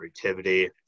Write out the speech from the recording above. creativity